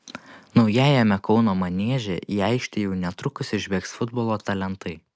naujajame kauno manieže į aikštę jau netrukus išbėgs futbolo talentai